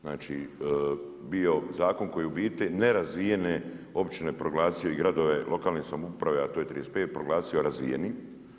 Znači bio zakon koji je u biti nerazvijene općine proglasio i gradove, lokalne samouprave a to je 35 proglasio razvijenim.